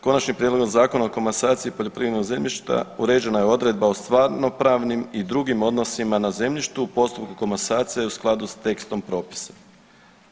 Konačnim prijedlogom Zakona o komasaciji poljoprivrednog zemljišta uređena je odredba o stvarno pravnim i drugim odnosima na zemljištu u postupku komasacije i u skladu s tekstom propisa.